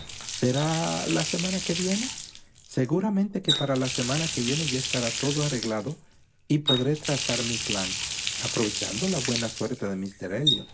será la semana que viene seguramente que para la semana que viene ya estará todo arreglado y podré trazar mi plan aprovechando la buena suerte de